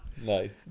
Nice